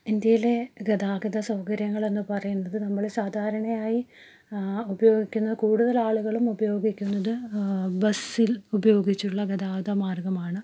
ഇന്ത്യയിലെ ഗതാഗത സൗകര്യങ്ങളെന്നു പറയുന്നത് നമ്മൾ സാധാരണയായി ഉപയോഗിക്കുന്ന കൂടുതൽ ആളുകളും ഉപയോഗിക്കുന്നത് ബസ്സിൽ ഉപയോഗിച്ചുള്ള ഗതാഗത മാർഗ്ഗമാണ്